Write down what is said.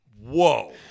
whoa